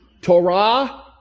Torah